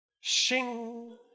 Shing